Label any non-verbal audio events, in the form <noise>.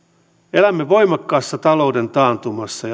elämme voimakkaassa talouden taantumassa <unintelligible>